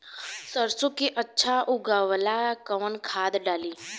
सरसो के अच्छा उगावेला कवन खाद्य डाली?